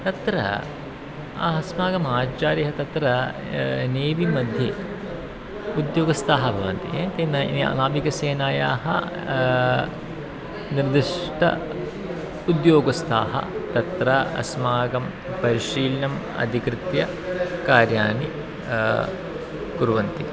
तत्र अस्माकम् आचार्यः तत्र नेवि मध्ये उद्योगस्ताः भवन्ति तेन नाविकसेनायाः निर्दिष्ट उद्योगस्ताः तत्र अस्माकं परिशीलनम् अधिकृत्य कार्याणि कुर्वन्ति